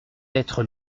être